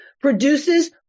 produces